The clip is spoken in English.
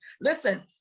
listen